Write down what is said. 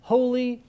Holy